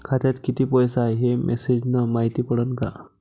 खात्यात किती पैसा हाय ते मेसेज न मायती पडन का?